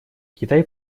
китай